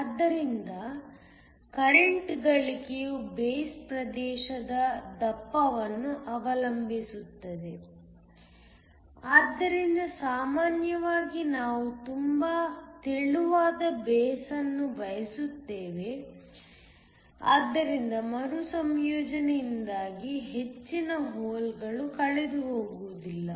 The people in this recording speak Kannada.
ಆದ್ದರಿಂದ ಕರೆಂಟ್ ಗಳಿಕೆಯು ಬೇಸ್ ಪ್ರದೇಶದ ದಪ್ಪವನ್ನು ಅವಲಂಬಿಸಿರುತ್ತದೆ ಆದ್ದರಿಂದ ಸಾಮಾನ್ಯವಾಗಿ ನಾವು ತುಂಬಾ ತೆಳುವಾದ ಬೇಸ್ ಅನ್ನು ಬಯಸುತ್ತೇವೆ ಆದ್ದರಿಂದ ಮರುಸಂಯೋಜನೆಯಿಂದಾಗಿ ಹೆಚ್ಚಿನ ಹೋಲ್ಗಳು ಕಳೆದುಹೋಗುವುದಿಲ್ಲ